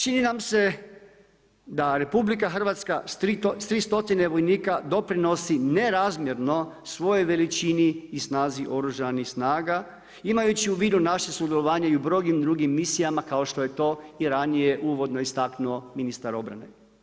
Čini nam se da RH s 3 stotine vojnika doprinosi nerazmjerno svojoj veličini i snazi Oružanih snaga imajući u vidu naše sudjelovanje i u mnogim drugim misijama kao što je to i ranije uvodno istaknuo ministar obrane.